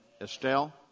Estelle